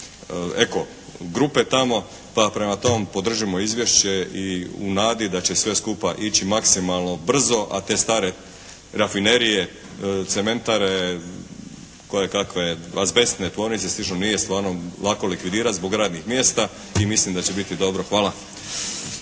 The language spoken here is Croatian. eko grupe tamo, pa prema tom podržimo izvješće i u nadi da će sve skupa ići maksimalno brzo, a te stare rafinerije, cementare, kojekakve azbestne tvornice i slično nije stvarno lako likvidirati zbog radnih mjesta i mislim da će biti dobro. Hvala.